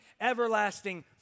Everlasting